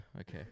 okay